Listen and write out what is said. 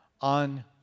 on